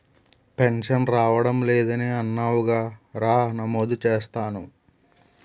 pension రావడం లేదని అన్నావుగా రా నమోదు చేస్తాను